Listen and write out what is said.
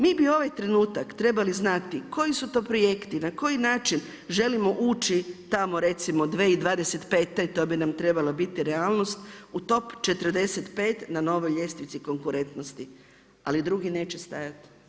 Mi bi ovaj trenutak trebali znati koji su to projekti, na koji način želimo ući tamo recimo 2025. to bi nam trebala biti realnost u top 45. na novoj ljestvici konkurentnosti, ali drugi neće stajati.